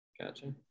Gotcha